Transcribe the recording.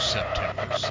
September